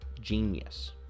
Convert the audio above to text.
genius